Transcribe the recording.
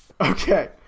Okay